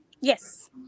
Yes